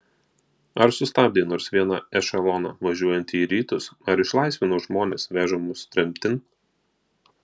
ar sustabdė nors vieną ešeloną važiuojantį į rytus ar išlaisvino žmones vežamus tremtin